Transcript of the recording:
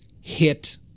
hit